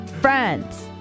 friends